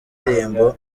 indirimbo